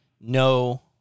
no